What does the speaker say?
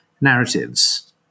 narratives